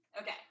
okay